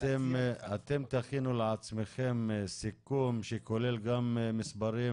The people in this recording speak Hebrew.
אתם תכינו לעצמכם סיכום שכולל גם מספרים,